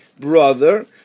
brother